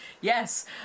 yes